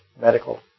medical